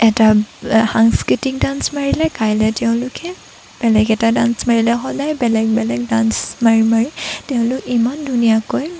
এটা সাংস্কৃতিক ডান্স মাৰিলে কাইলৈ তেওঁলোকে বেলেগ এটা ডান্স মাৰিলে সদায় বেলেগ বেলেগ ডান্স মাৰি মাৰি তেওঁলোকে ইমান ধুনীয়াকৈ